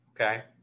okay